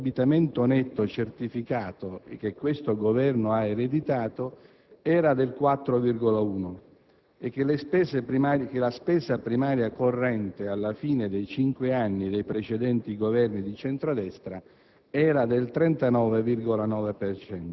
Ritengo utile ricordare che l'indebitamento netto certificato, ereditato da questo Governo, ammontava al 4,1 per cento e che la spesa primaria corrente alla fine dei cinque anni dei precedenti Governi di centro-destra